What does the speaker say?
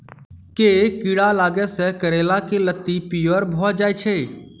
केँ कीड़ा लागै सऽ करैला केँ लत्ती पीयर भऽ जाय छै?